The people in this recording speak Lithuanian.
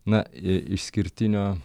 na išskirtinio